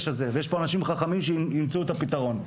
יש פה אנשים חכמים שיימצאו את הפתרון.